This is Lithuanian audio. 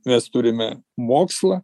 mes turime mokslą